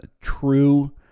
true